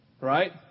right